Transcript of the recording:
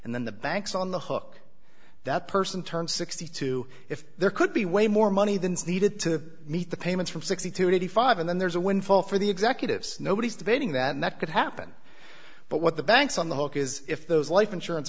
and then the banks on the hook that person turned sixty two if there could be way more money than needed to meet the payments from sixty to ninety five and then there's a windfall for the executives nobody's debating that could happen but what the banks on the hook is if those life insurance